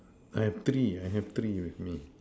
I have three I have three with me